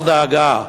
אל דאגה,